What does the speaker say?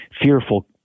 fearful